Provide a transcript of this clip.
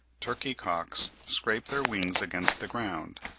turkey-cocks scrape their wings against the ground,